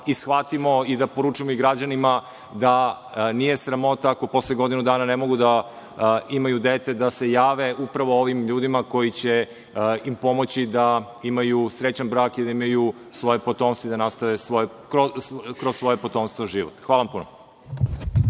shvatimo i da poručimo građanima da nije sramota ako posle godina dana ne mogu da imaju dete, da se jave upravo ovim ljudima koji će im pomoći da imaju srećan brak i da imaju svoje potomstvo i da nastave kroz svoje potomstvo život. Hvala vam puno.